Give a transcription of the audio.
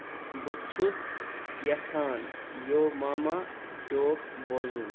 بہٕ چھُس یژھان یو ماما جوک بوزُن